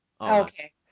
Okay